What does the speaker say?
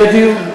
יהיה דיון.